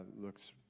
looks